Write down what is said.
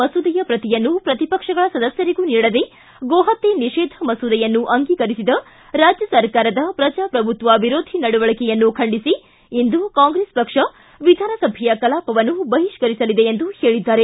ಮಸೂದೆಯ ಪ್ರತಿಯನ್ನೂ ಪ್ರತಿಪಕ್ಷಗಳ ಸದಸ್ಥರಿಗೂ ನೀಡದೆ ಗೋಹತ್ಯೆ ನಿಷೇಧ ಮಸೂದೆಯನ್ನು ಅಂಗೀಕರಿಸಿದ ರಾಜ್ಯ ಸರ್ಕಾರದ ಪ್ರಜಾಪ್ರಭುತ್ವ ವಿರೋಧಿ ನಡವಳಕೆಯನ್ನು ಖಂಡಿಸಿ ಇಂದು ಕಾಂಗ್ರೆಸ್ ಪಕ್ಷ ವಿಧಾನಸಭೆಯ ಕಲಾಪವನ್ನು ಬಹಿಷ್ಕರಿಸಲಿದೆ ಎಂದು ಹೇಳಿದ್ದಾರೆ